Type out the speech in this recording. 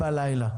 בלילה.